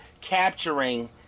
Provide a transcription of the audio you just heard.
capturing